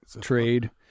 trade